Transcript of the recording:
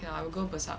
ya I will go berserk